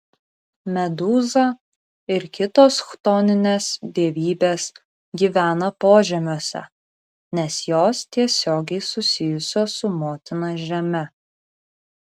medūza ir kitos chtoninės dievybės gyvena požemiuose nes jos tiesiogiai susijusios su motina žeme